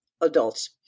adults